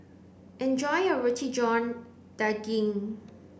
enjoy your roti john daging